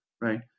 right